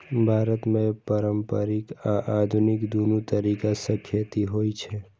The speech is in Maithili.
भारत मे पारंपरिक आ आधुनिक, दुनू तरीका सं खेती होइ छै